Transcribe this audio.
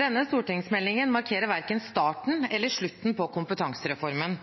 Denne stortingsmeldingen markerer verken starten eller slutten på kompetansereformen.